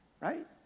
right